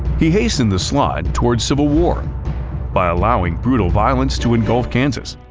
he hastened the slide towards civil war by allowing brutal violence to engulf kansas,